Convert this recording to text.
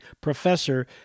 professor